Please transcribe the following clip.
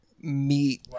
meet